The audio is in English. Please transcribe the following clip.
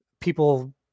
people